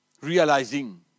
realizing